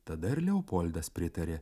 tada ir leopoldas pritaria